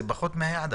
זה אפילו פחות מהיעד.